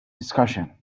discussion